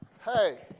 Hey